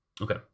Okay